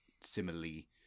similarly